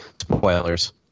spoilers